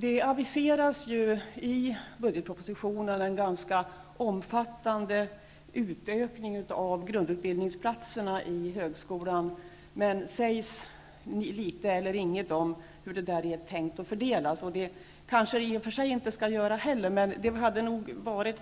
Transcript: Det aviseras ju i budgetpropositionen en ganska omfattande utökning av antalet grundutbildningsplatser i högskolan, men det sägs litet eller inget om hur det är tänkt att de skall fördelas. Det kanske det i och för sig inte skall heller, men det hade kanske varit